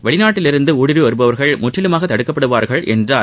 வெளிநாட்டில் இருந்து ஊடுருவி வருபவர்கள் முற்றிலுமாக தடுக்கப்படுவார்கள் என்றார்